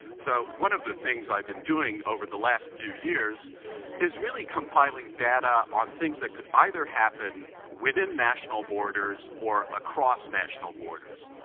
so one of the things i've been doing over the last few years is really compiling data on things that could either happen within national borders or across national borders,